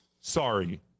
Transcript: Sorry